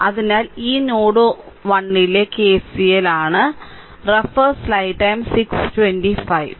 അതിനാൽ ഇത് നോഡ് 1 ലെ r KCL ആണ്